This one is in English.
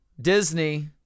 Disney